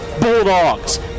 Bulldogs